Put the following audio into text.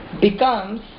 becomes